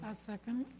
ah second.